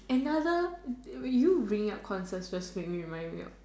another you bringing up consensus make me remind me of